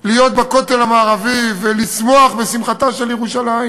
להיות בכותל המערבי ולשמוח בשמחתה של ירושלים